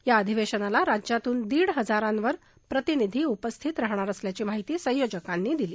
या अधिवेशनाला राज्यातून दीड हजारावर प्रतिनिधी उपस्थित राहणार असल्याची माहिती संयोजकांनी दिली